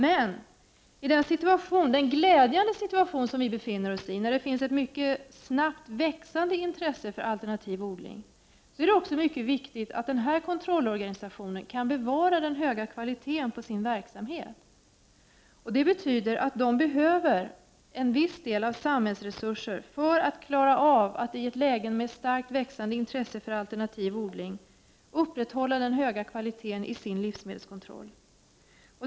Men i den glädjande situation som vi befinner oss i, då det finns ett mycket snabbt växande intresse för alternativ odling, är det också mycket viktigt att denna kontrollorganisation kan bevara den höga kvaliteten på sin verksamhet. Det betyder att den behöver en viss del av samhällsresurserna för att klara av att i ett läge med starkt växande intresse för alternativ odling upprätthålla den höga kvaliteten i sin livsmedelskontroll.